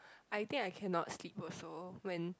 I think I cannot sleep also when